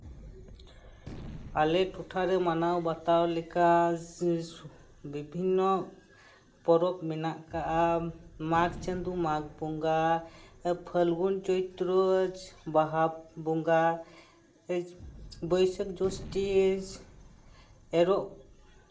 ᱟᱞᱮ ᱴᱚᱴᱷᱟ ᱨᱮ ᱢᱟᱱᱟᱣᱼᱵᱟᱛᱟᱣ ᱞᱮᱠᱟ ᱥᱮ ᱵᱤᱵᱷᱤᱱᱱᱚ ᱯᱚᱨᱚᱵ ᱢᱮᱱᱟᱜ ᱟᱠᱟᱫᱼᱟ ᱢᱟᱜᱽ ᱪᱟᱸᱫᱚ ᱢᱟᱜᱽ ᱵᱚᱸᱜᱟ ᱯᱷᱟᱞᱜᱩᱱ ᱪᱳᱭᱛᱨᱳ ᱵᱟᱦᱟ ᱵᱚᱸᱜᱟ ᱵᱟᱹᱭᱥᱟᱹᱠ ᱡᱳᱥᱴᱤ ᱮᱨᱚᱜ